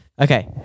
Okay